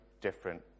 different